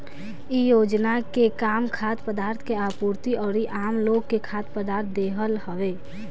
इ योजना के काम खाद्य पदार्थ के आपूर्ति अउरी आमलोग के खाद्य पदार्थ देहल हवे